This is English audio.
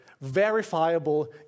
verifiable